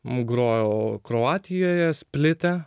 grojau kroatijoje splito